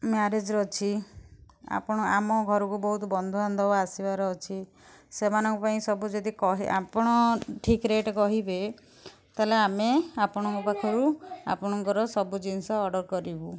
marriage ଅଛି ଆପଣ ଆମ ଘରକୁ ବହୁତ ବନ୍ଧୁବାନ୍ଧବ ଆସିବାର ଅଛି ସେମାନଙ୍କ ପାଇଁ ସବୁ ଯଦି କହି ଆପଣ ଠିକ୍ ରେଟ୍ କହିବେ ତାହାଲେ ଆମେ ଆପଣଙ୍କ ପାଖରୁ ଆପଣଙ୍କର ସବୁ ଜିନିଷ ଅର୍ଡ଼ର୍ କରିବୁ